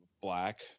black